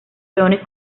peones